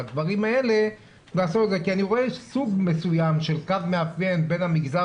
כי אני רואה סוג מסוים של קו מאפיין בין המגזר